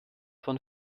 von